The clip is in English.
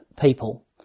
people